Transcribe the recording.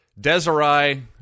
Desiree